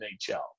NHL